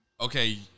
okay –